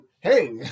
hey